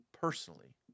personally